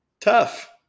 Tough